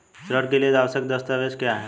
ऋण के लिए आवश्यक दस्तावेज क्या हैं?